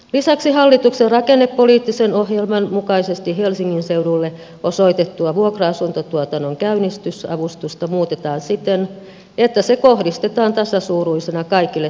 lisäksi hallituksen rakennepoliittisen ohjelman mukaisesti helsingin seudulle osoitettua vuokra asuntotuotannon käynnistysavustusta muutetaan siten että se kohdistetaan tasasuuruisena kaikille toimijoille